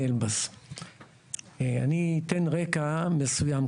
אני אתן רקע מסוים.